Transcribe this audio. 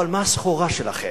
אבל מה הסחורה שלכם?